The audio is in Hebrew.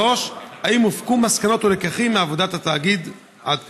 3. האם הופקו מסקנות ולקחים מעבודת התאגיד עד כאן?